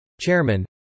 Chairman